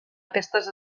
aquestes